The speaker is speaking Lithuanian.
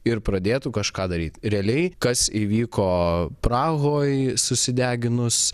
ir pradėtų kažką daryt realiai kas įvyko prahoj susideginus